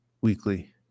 weekly